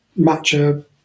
matcha